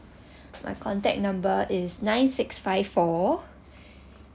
my contact number is nine six five four